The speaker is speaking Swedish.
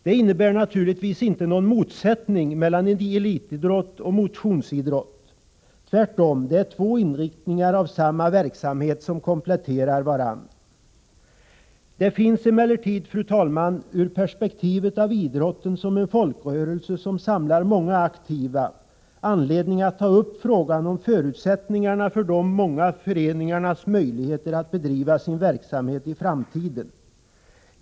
Det innebär naturligtvis inte någon motsättning mellan elitidrott och motionsidrott. Tvärtom, det är två inriktningar av samma verksamhet som kompletterar varandra. Det finns emellertid, ur perspektivet av idrotten som en folkrörelse som samlar många aktiva, anledning att ta upp frågan om förutsättningarna för de många föreningarnas möjligheter att bedriva sin verksamhet i framtiden.